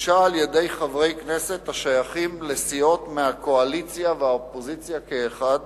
הוגשה על-ידי חברי כנסת השייכים לסיעות מהקואליציה והאופוזיציה כאחת,